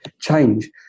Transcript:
change